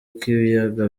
k’ibiyaga